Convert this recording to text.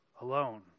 alone